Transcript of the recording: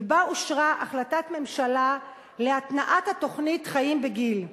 ובה אושרה החלטת ממשלה להתנעת התוכנית "חיים בגיל".